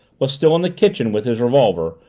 was still in the kitchen with his revolver,